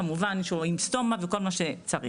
כמובן שהוא עם סטומה וכל מה שצריך.